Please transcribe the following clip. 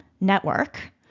network